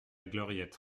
gloriette